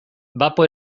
bapo